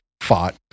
fought